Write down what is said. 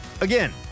Again